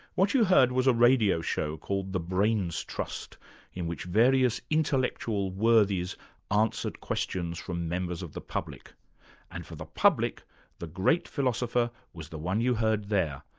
what you heard was a radio show called the the brains trust in which various intellectual worthies answered questions from members of the public and for the public the great philosopher was the one you heard there,